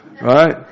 Right